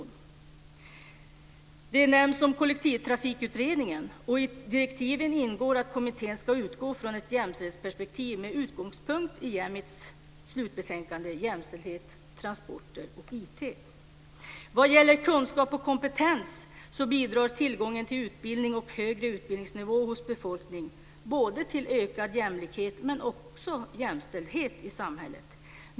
· När det gäller Kollektivtrafikutredningen ingår det i direktiven att kommittén ska utgå från ett jämställdhetsperspektiv med utgångspunkt i Jämits slutbetänkande Jämställdhet - transporter och IT. · Vad gäller kunskap och kompetens bidrar tillgången till utbildning och en högre utbildningsnivå hos befolkningen till både ökad jämlikhet och jämställdhet i samhället.